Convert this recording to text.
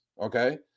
okay